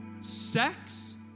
Sex